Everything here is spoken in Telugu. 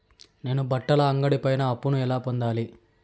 నేను బట్టల అంగడి పైన అప్పును ఎలా పొందాలి?